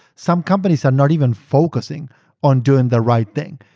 some companies are not even focusing on doing the right thing.